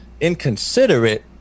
inconsiderate